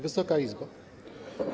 Wysoka Izbo!